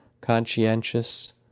conscientious